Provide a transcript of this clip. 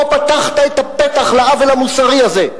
פה פתחת את הפתח לעוול המוסרי הזה.